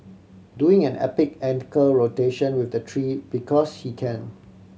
doing an epic ankle rotation with the tree because he can